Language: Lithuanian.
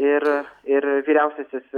ir ir vyriausiasis